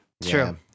true